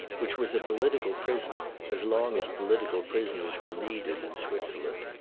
which was a political prison as long as political prisoners were needed in switzerland.